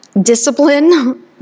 discipline